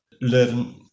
learn